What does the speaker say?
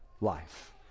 life